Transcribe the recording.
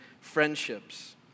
friendships